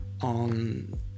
on